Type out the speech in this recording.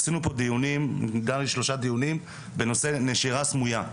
עשינו פה דיונים, שלושה דיונים בנושא נשירה סמויה.